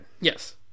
yes